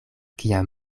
kiam